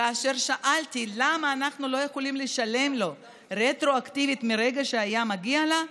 כאשר שאלתי למה אנחנו לא יכולים לשלם לה רטרואקטיבית מרגע שהיה מגיע לה,